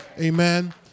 Amen